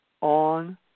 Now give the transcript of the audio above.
on